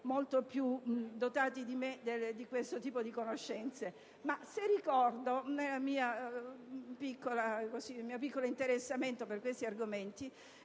sono più dotati di me di questo tipo di conoscenze, ma attingo al mio piccolo interessamento per questi argomenti),